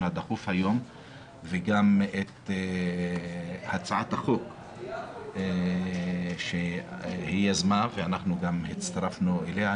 הדחוף היום וגם את הצעת החוק שהיא יזמה ואנחנו גם הצטרפנו אליה.